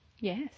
Yes